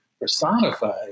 personified